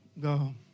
go